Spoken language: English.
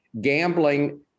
gambling